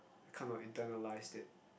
kind of internalized it